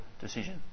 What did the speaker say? decision